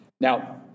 Now